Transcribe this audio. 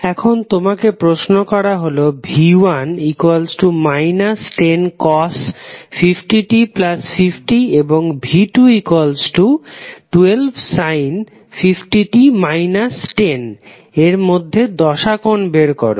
এখন তোমাকে প্রশ্ন করা হলো v1 1050t50 এবং v212 এর মধ্যে দশা কোণ বের করো